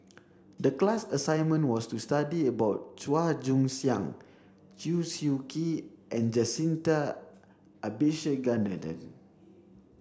the class assignment was to study about Chua Joon Siang Chew Swee Kee and Jacintha Abisheganaden